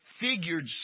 figured